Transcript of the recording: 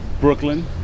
Brooklyn